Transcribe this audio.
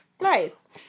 nice